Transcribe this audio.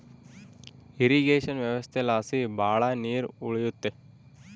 irrigation ವ್ಯವಸ್ಥೆಲಾಸಿ ಭಾಳ ನೀರ್ ಉಳಿಯುತ್ತೆ